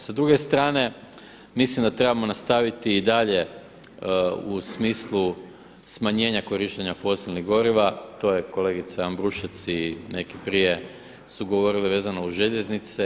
Sa druge strane mislim da trebamo nastaviti i dalje u smislu smanjenja korištenja fosilnih goriva, to je kolegica Ambrušec i neki prije su govorili vezano uz željeznice.